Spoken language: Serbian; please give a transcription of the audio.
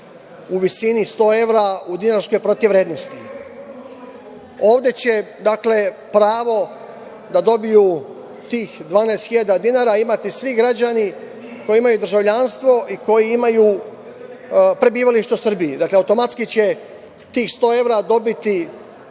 u visini sto evra u dinarskoj protivvrednosti. Ovde će dakle pravo na dobiju tih 12.000 dinara imati svi građani koji imaju državljanstvo, koji imaju prebivalište u Srbiji. Dakle, automatski će tih sto evra dobiti